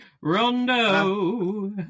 Rondo